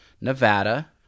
Nevada